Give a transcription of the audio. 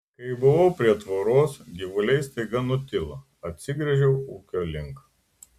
kai buvau prie tvoros gyvuliai staiga nutilo atsigręžiau ūkio link